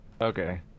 Okay